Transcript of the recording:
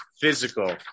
physical